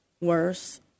worse